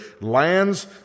lands